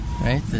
right